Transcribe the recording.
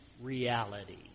reality